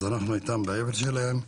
אז אנחנו איתם באבל שלהם.